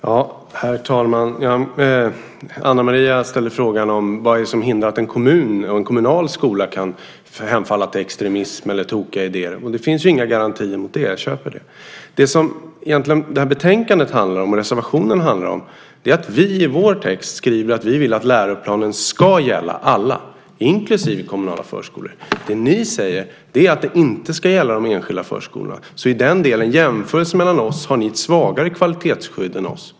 Herr talman! Ana Maria ställde frågan vad det är som hindrar att en kommun och en kommunal skola kan hemfälla till extremism eller tokiga idéer. Det finns ju inga garantier mot det - jag köper det. Det som betänkandet och reservationerna handlar om är att vi i vår text skriver att vi vill att läroplanen ska gälla alla, inklusive kommunala förskolor. Ni säger att det inte ska gälla de enskilda förskolorna. Så i den delen har ni i jämförelse med oss ett svagare kvalitetsskydd.